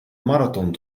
marathon